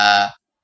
uh